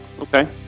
Okay